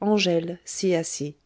angèle s'y assit